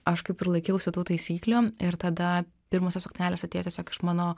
aš kaip ir laikiausi tų taisyklių ir tada pirmosios suknelės atėjo tiesiog iš mano